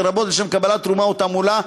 לרבות לשם קבלת תרומה או תעמולה,